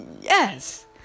yes